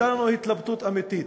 התלבטות אמיתית.